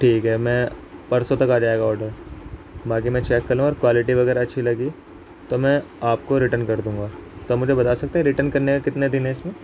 ٹھیک ہے میں پرسوں تک آ جائے گا آڈر باقی میں چیک کر لوں گا اور کوالٹی وغیرہ اچھی لگی تو میں آپ کو ریٹن کر دوں گا تو مجھے بتا سکتے ہیں ریٹن کرنے کا کتنے دن ہیں اس میں